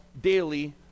daily